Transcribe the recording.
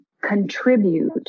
contribute